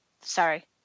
sorry